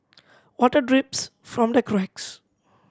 water drips from the cracks